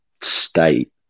state